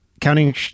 Counting